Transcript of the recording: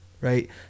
Right